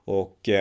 och